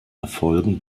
erfolgen